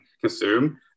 consume